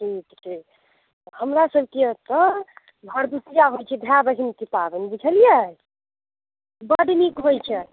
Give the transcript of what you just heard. ठीक छै हमरा सबके एतऽ भरद्वितीआ होइत छै भाय बहिनके पाबनि बुझलियै बड नीक होइत छै